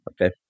Okay